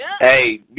Hey